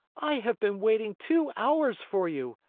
i have been waiting two hours for you!